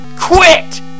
Quit